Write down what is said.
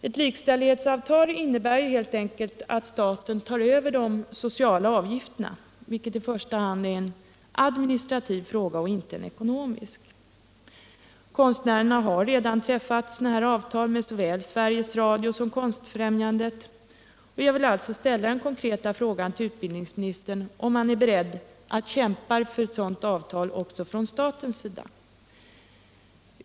Ett likställighetsavtal innebär helt enkelt att staten tar över de sociala avgifterna, vilket i första hand är en administrativ fråga och inte en ekonomisk. Konstnärerna har redan träffat likställighetsavtal med såväl Sveriges Radio som Konstfrämjandet, och jag vill alltså ställa den konkreta frågan till utbildningsministern, om han är beredd att kämpa för ett sådant avtal också från statens sida.